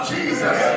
Jesus